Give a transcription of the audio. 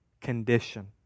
condition